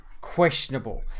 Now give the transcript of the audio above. questionable